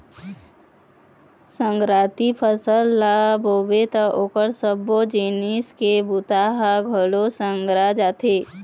संघराती फसल ल बोबे त ओखर सबो जिनिस के बूता ह घलोक संघरा जाथे